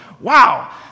Wow